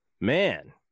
man